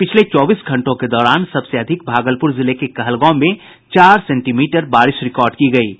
पिछले चौबीस घंटों के दौरान सबसे अधिक भागलपुर जिले के कहलगांव में चार सेंटीमीटर बारिश रिकॉर्ड की गयी है